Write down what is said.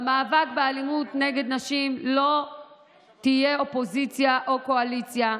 במאבק באלימות נגד נשים לא תהיה אופוזיציה או קואליציה.